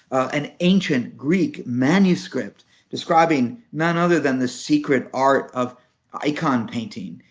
an ancient greek manuscript describing none other than the secret art of icon painting,